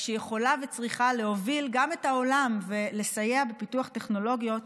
שיכולה וצריכה להוביל גם את העולם ולסייע בפיתוח טכנולוגיות